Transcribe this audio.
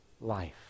life